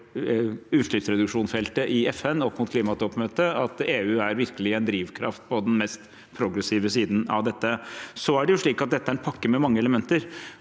for utslippsreduksjonsfeltet i FN opp mot klimatoppmøtet at EU er virkelig en drivkraft på den mest progressive siden av dette. Så er dette en pakke med mange elementer,